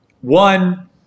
one